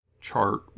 chart